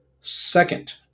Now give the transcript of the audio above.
second